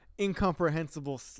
incomprehensible